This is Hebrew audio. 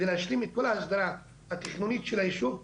את כל ההסדרה התכנונית של הישוב,